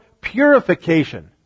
purification